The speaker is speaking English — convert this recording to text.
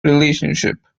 relationship